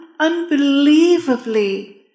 unbelievably